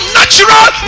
natural